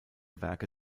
werke